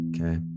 Okay